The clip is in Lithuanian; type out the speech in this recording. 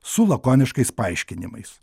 su lakoniškais paaiškinimais